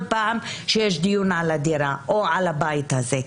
פעם שיש דיון על הדירה או על הבית הזה.